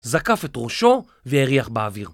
‫זקף את ראשו והריח באוויר.